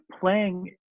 playing